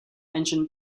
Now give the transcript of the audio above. engine